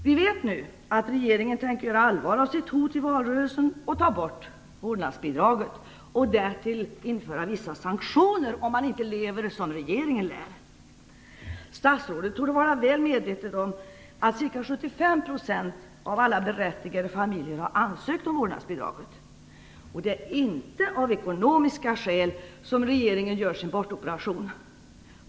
Vi vet nu att regeringen tänker göra allvar av sitt hot i valrörelsen om att ta bort vårdnadsbidraget och därtill införa vissa sanktioner om man inte lever som regeringen lär. Statsrådet torde vara väl medveten om att ca 75 % av alla berättigade familjer har ansökt om vårdnadsbidrag. Det är inte av ekonomiska skäl som regeringen gör sin bortoperation.